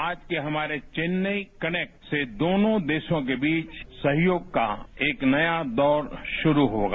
आज के हमारे चेन्नई कनेक्ट से दोनों देशों के बीच सहयोग का एक नया दौर शुरू होगा